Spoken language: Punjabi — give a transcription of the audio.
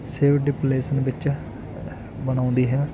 ਸਿਵ ਡਿਪਲੇਸ਼ਨ ਵਿੱਚ ਬਣਾਉਂਦੀ ਹੈ